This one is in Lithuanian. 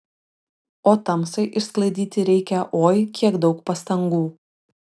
o tamsai išsklaidyti reikia oi kiek daug pastangų